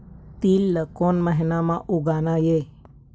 तील ला कोन महीना म उगाना ये?